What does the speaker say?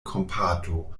kompato